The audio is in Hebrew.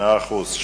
מאה אחוז.